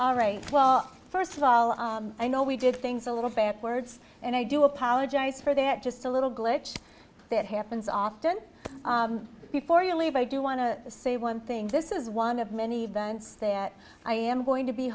all right well first of all i know we did things a little fair words and i do apologize for that just a little glitch that happens often before you leave i do want to say one thing this is one of many events that i am going to be